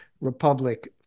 republic